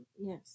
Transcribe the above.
Yes